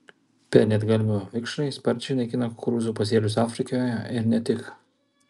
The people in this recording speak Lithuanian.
pelėdgalvio vikšrai sparčiai naikina kukurūzų pasėlius afrikoje ir ne tik